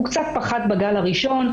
הוא קצת פחת בגל הראשון,